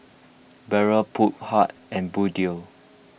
Barrel Phoon Huat and Bluedio